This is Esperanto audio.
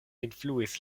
influis